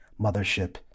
mothership